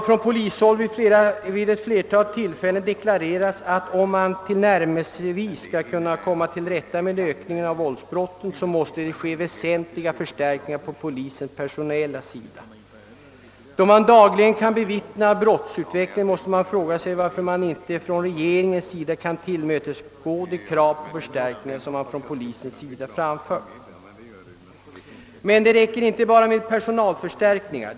Från polishåll har det vid flera tillfällen deklarerats, att om man tillnärmelsevis skall kunna komma till rätta med ökningen av våldsbrotten måste man göra väsentliga förstärkningar på personalsidan hos polisen. Då man dagligen kan bevittna brottsutvecklingen måste man fråga varför inte regeringen kan tillmötesgå de krav på förstärkningar som man framfört från polisen. Det räcker emellertid inte med bara personalförstärkningar.